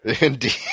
Indeed